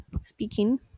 speaking